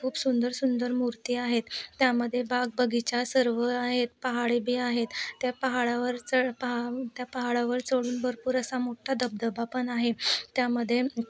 खूप सुंदर सुंदर मूर्ती आहेत त्यामध्ये बाग बगीचा सर्व आहेत पहाडे बी आहेत त्या पहाडावर च पहा त्या पहाडावर चढून भरपूर असा मोठा धबधबा पण आहे त्यामध्ये